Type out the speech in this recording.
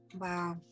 Wow